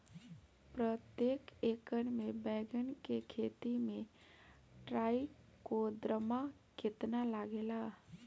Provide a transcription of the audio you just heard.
प्रतेक एकर मे बैगन के खेती मे ट्राईकोद्रमा कितना लागेला?